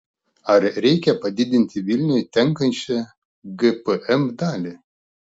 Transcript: ar reikia padidinti vilniui tenkančią gpm dalį